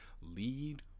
lead